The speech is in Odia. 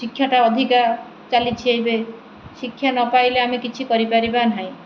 ଶିକ୍ଷାଟା ଅଧିକା ଚାଲିଛି ଏବେ ଶିକ୍ଷା ନ ପାଇଲେ ଆମେ କିଛି କରିପାରିବା ନାହିଁ